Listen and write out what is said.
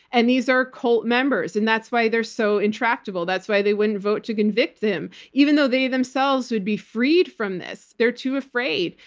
and these are cult members. and that's why they're so intractable. that's why they wouldn't vote to convict him, even though they themselves would be freed from this. they're too afraid.